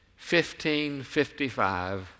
1555